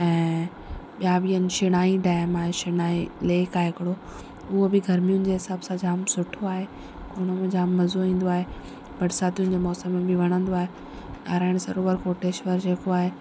ऐं ॿिया बि आहिनि शिनाई डेम आहे शिनाई लेक आहे हिकिड़ो उहो बि गर्मियुनि जे हिसाब सां जाम सुठो आहे हुन में जाम मज़ो ईंदो आहे बरसातिनि जे मौसम में बि वणंदो आहे नारायण सरोवर कोटेश्वर जे को आहे